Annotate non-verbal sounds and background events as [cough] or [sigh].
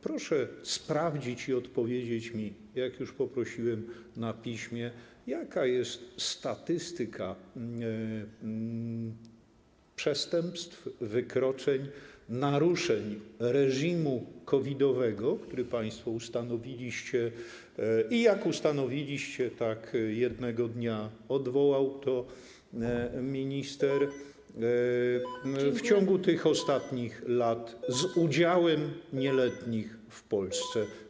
Proszę sprawdzić i odpowiedzieć mi, jak już poprosiłem, na piśmie, jaka jest statystyka przestępstw, wykroczeń, naruszeń reżimu COVID-owego - który państwo ustanowiliście i jak ustanowiliście, tak jednego dnia odwołał to minister [noise] - w ciągu tych ostatnich lat z udziałem nieletnich w Polsce.